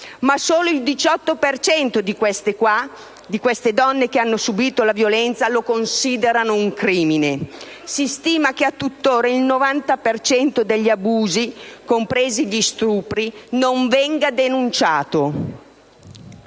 ma solo il 18 per cento delle donne che hanno subito violenza lo considera un crimine. Si stima che tuttora il 90 per cento degli abusi, compresi gli stupri, non venga denunciato.